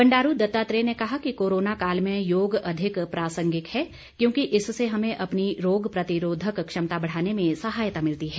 बंडारू दत्तात्रेय ने कहा कि कोरोना काल में योग अधिक प्रासंगिक है क्योंकि इससे हमें अपनी रोग प्रतिरोधक क्षमता बढ़ाने में सहायता मिलती है